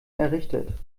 errichtet